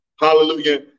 Hallelujah